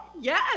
Yes